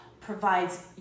provides